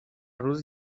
روز